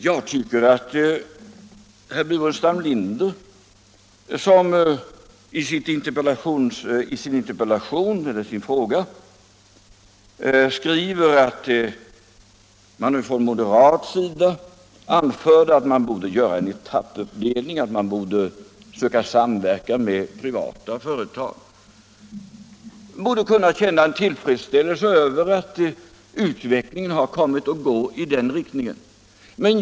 Jag tycker att herr Burenstam Linder, som i sin interpellation skriver att det från moderat sida anfördes att man borde göra en etappuppdelning och att man borde söka samverkan med privata företag, borde kunna känna en tillfredsställelse över att utvecklingen har kommit att gå i den riktningen.